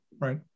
right